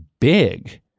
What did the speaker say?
big